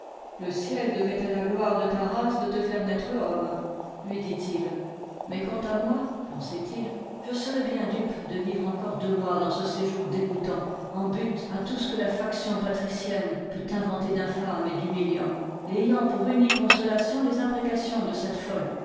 le ciel devait à la gloire de ta race de te faire naître homme lui dit-il mais quant à moi pensait-il je serais bien dupe de vivre encore deux mois dans ce séjour dégoûtant en butte à tout ce que la faction patricienne peut inventer d'infâme et d'humiliant et ayant pour unique consolation les imprécations de cette folle